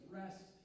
rest